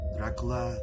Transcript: Dracula